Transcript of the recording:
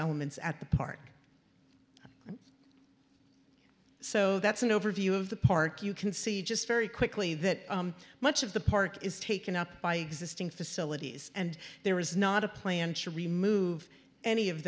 elements at the park so that's an overview of the park you can see just very quickly that much of the park is taken up by existing facilities and there is not a plan to remove any of